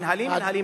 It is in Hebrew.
מינהלי,